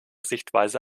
sichtweise